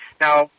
Now